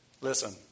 Listen